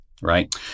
right